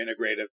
integrative